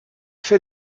fait